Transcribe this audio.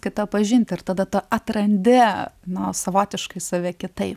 kitą pažint ir tada tu atrandi na savotiškai save kitaip